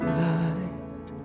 light